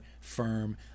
firm